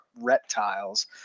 reptiles